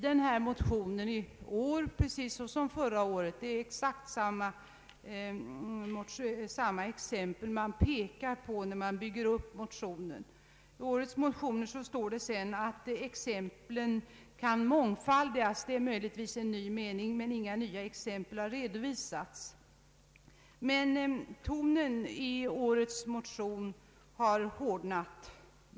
Det är alltså exakt samma exempel som förra året man i år pekar på när man bygger upp motionerna. I årets motioner står det sedan att exemplen kan mångfaldigas. Det är möjligtvis en ny mening, men inga nya exempel har redovisats. Men tonen i årets motion har hårdnat.